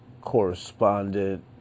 correspondent